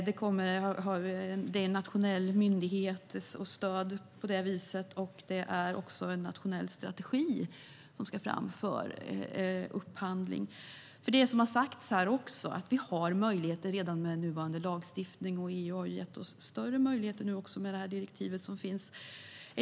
Det finns en nationell myndighet och stöd på det viset, och det ska också tas fram en nationell strategi för upphandling. Vi har möjligheter redan med nuvarande lagstiftning. EU har nu gett oss större möjligheter med det direktiv som finns.